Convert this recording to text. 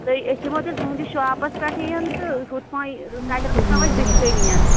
تۄہہِ أسۍ یِمو تیٚلہِ تُہٕنٛدِس شاپس پٮ۪ٹھٕے یَن تہٕ ہُتھٕ پٲے تَتٮ۪ن وُچھ ہاو أسۍ بٕتھٕ کٔنی